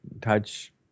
Touch